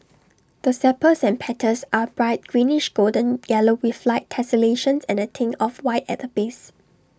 the sepals and petals are bright greenish golden yellow with light tessellations and A tinge of white at the base